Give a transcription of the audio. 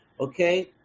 Okay